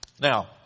Now